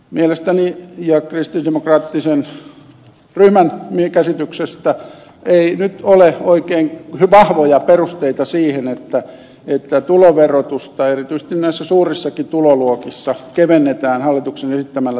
mielestäni ja kristillisdemokraattisen ryhmän käsityksen mukaan ei nyt ole oikein vahvoja perusteita siihen että tuloverotusta erityisesti näissä suurissakin tuloluokissa kevennetään hallituksen esittämällä tavalla